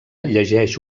llegeix